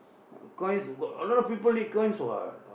coins got a lot of people need coins what